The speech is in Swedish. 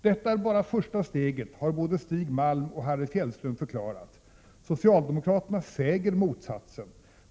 Detta är bara första steget, har både Stig Malm och Harry Fjällström förklarat. Socialdemokraterna säger motsatsen.